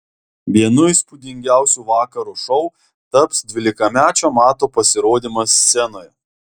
vienu įspūdingiausių vakaro šou taps dvylikamečio mato pasirodymas scenoje